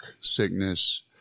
sickness